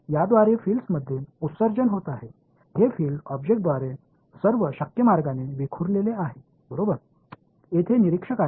எனவே இந்த பையனால் ஒரு புலம் உமிழ்கிறது என்பது இந்த புலம் சாத்தியமான எல்லா வழிகளிலும் பொருளால் சிதறடிக்கப் போகிறது